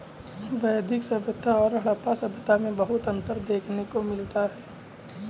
वैदिक सभ्यता और हड़प्पा सभ्यता में बहुत अन्तर देखने को मिला है